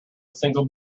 single